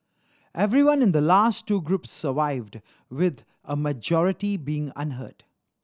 everyone in the last two groups survived with a majority being unhurt